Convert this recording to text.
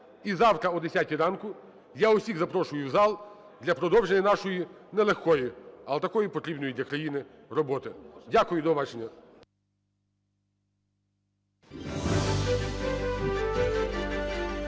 І завтра о 10 ранку я усіх запрошу в зал для продовження нашої не легкої, але такої потрібної для країни роботи. Дякую. До побачення.